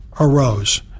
arose